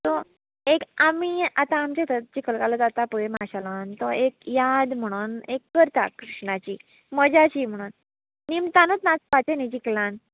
so एक आमी आतां आमचे थंय चिकलकालो जाता पळय माशेलान तो एक याद म्हणून एक करता कृष्णाची मजाची म्हण निमतानूत नाचपाचें न्ही चिकलान